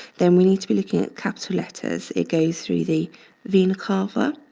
then we need to be looking at capital letters. it goes through the vena cava,